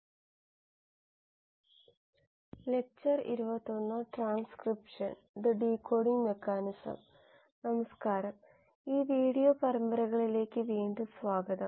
NPTEL online certification കോഴ്സായ ബയോറിയാക്ടറുകളെക്കുറിച്ചുള്ള ഈ സംഗ്രഹ പ്രഭാഷണത്തിലേക്ക് സ്വാഗതം